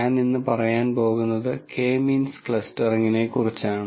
ഞാൻ ഇന്ന് പറയാൻ പോകുന്നത് കെ മീൻസ് ക്ലസ്റ്ററിംഗിനെക്കുറിച്ചാണ്